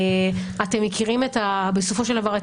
אתם מכירים בסופו של דבר את